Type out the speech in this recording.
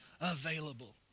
available